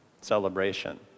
Celebration